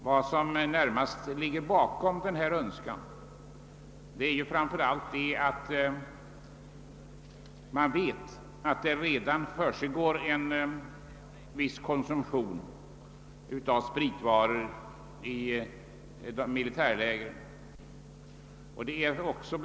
Vad som närmast ligger bakom önskan att få till stånd denna försöksverksamhet är att man vet att det redan förekommer en viss konsumtion av spritvaror vid militära förband, och så.